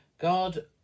God